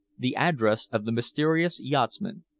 the address of the mysterious yachtsman,